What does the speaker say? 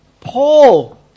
Paul